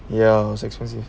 ya it's expensive